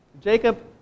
Jacob